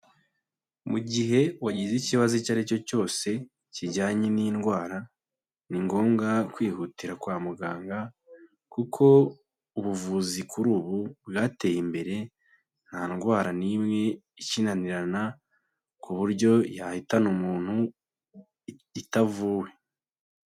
Mu gihe wagize ikibazo icyo ari cyo cyose kijyanye n'indwara, ni ngombwa kwihutira kwa muganga kuko ubuvuzi kuri ubu bwateye imbere, nta ndwara n'imwe ikinanirana ku buryo yahitana umuntu itavuwe.